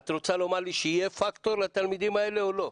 את רוצה לומר לי שיהיה פקטור לתלמידים האלה או לא?